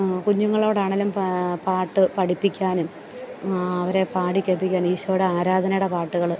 കുഞ്ഞുങ്ങളോടാണേലും പാട്ട് പഠിപ്പിക്കാനും അവരെ പാടി കേൾപ്പിക്കാനും ഈശോടെ ആരാധനയുടെ പാട്ടുകൾ